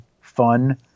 fun